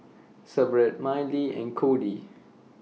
Severt Millie and Cody